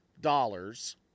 dollars